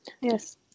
Yes